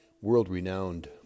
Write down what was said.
world-renowned